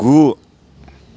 गु